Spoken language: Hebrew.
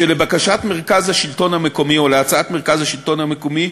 שלבקשת מרכז השלטון המקומי או להצעת מרכז השלטון המקומי,